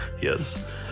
yes